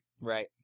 Right